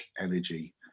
energy